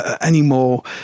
anymore